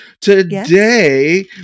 Today